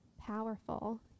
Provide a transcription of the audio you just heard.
powerful